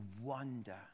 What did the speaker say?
wonder